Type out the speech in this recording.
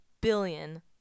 billion